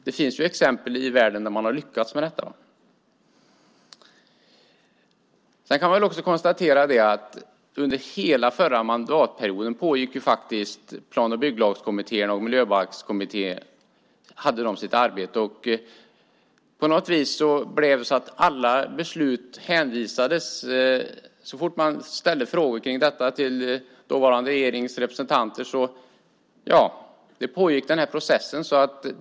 Det finns exempel i världen där man har lyckats med detta. Under hela förra mandatperioden pågick arbetet för Plan och bygglagskommittén och Miljöbalkskommittén. Så fort man ställde frågor om detta till dåvarande regeringens representanter hänvisades man till att processen pågick.